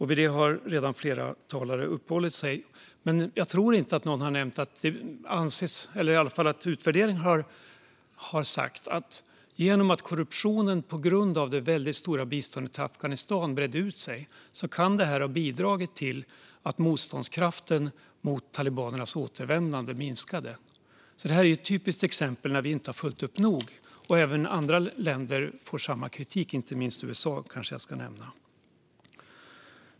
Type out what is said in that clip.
Vid det har redan flera talare uppehållit sig, men jag tror inte att någon har nämnt att utvärderingar har sagt att korruptionens utbredning på grund av det väldigt stora biståndet till Afghanistan kan ha bidragit till att motståndskraften mot talibanernas återvändande minskade. Det här är ett typiskt exempel på när vi inte har följt upp nog. Även andra länder får samma kritik, inte minst USA, kanske jag ska nämna.